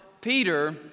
Peter